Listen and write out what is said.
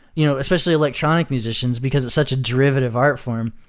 you know especially electronic musicians, because it's such a derivative art form.